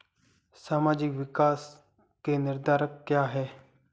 सामाजिक विकास के निर्धारक क्या है?